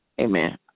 Amen